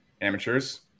amateurs